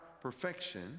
perfection